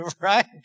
right